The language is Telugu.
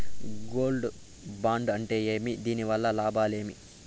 గోల్డ్ బాండు అంటే ఏమి? దీని వల్ల లాభాలు ఏమి?